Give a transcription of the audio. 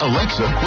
Alexa